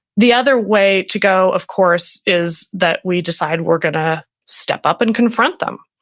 the other way to go of course, is that we decide we're going to step up and confront them,